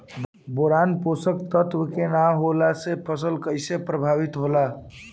Boron पोषक तत्व के न होला से फसल कइसे प्रभावित होला?